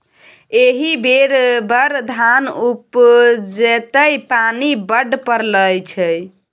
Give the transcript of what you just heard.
एहि बेर बड़ धान उपजतै पानि बड्ड पड़ल छै